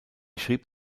schrieb